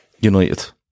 United